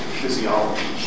physiology